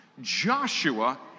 Joshua